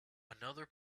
another